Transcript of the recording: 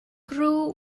crew